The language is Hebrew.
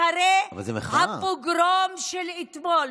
אחרי הפוגרום של אתמול.